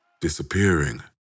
disappearing